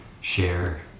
share